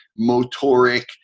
motoric